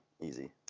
easy